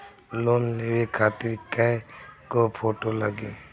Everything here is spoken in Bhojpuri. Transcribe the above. लोन लेवे खातिर कै गो फोटो लागी?